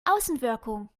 außenwirkung